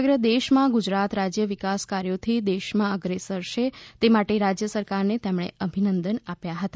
સમગ્ર દેશમાં ગુજરાત રાજ્ય વિકાસકાર્યોથી દેશમાંઅગ્રેસર છે તે માટે રાજ્ય સરકારને તેમણે અભિનંદન આપ્યા હતા